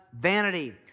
vanity